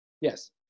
Yes